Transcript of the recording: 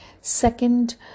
Second